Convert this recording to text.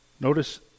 Notice